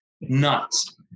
nuts